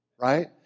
right